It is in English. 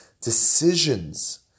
decisions